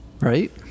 Right